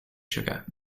sugar